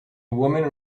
woman